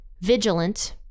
vigilant